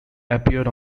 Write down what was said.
appeared